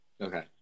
Okay